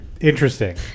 Interesting